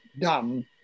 done